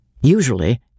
Usually